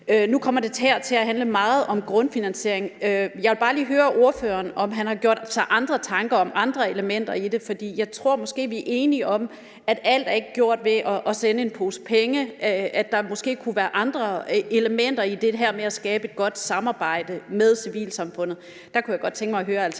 Nu kommer det til at handle meget om grundfinansiering. Jeg vil bare lige høre ordføreren, om han har gjort sig andre tanker om andre elementer i det, for jeg tror måske, vi er enige om, at alt ikke er gjort ved at sende en pose penge, og at der måske kunne være andre elementer i det her med at skabe et godt samarbejde med civilsamfundet. Der kunne jeg godt tænke mig at høre